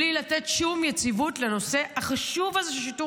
בלי לתת שום יציבות לנושא החשוב הזה של שיטור